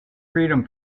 freedom